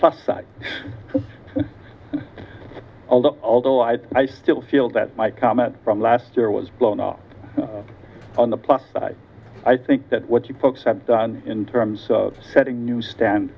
plus side although although i still feel that my comment from last year was blown up on the plus side i think that what you folks have done in terms of setting new stand